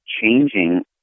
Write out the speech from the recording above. changing